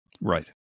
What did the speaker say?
Right